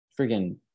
freaking